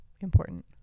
important